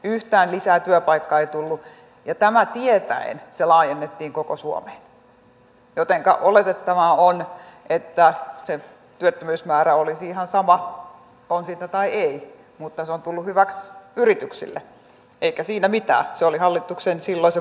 yhtään lisää työpaikkaa ei tullut ja tämä tietäen se laajennettiin koko suomeen jotenka oletettavaa on että se työttömyysmäärä olisi ihan sama on sitä tai ei mutta se on tullut hyväksi yrityksille eikä siinä mitään se oli silloisen porvarihallituksen linja